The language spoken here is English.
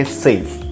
safe